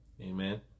Amen